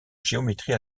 géométrie